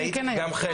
כן, הייתי גם חלק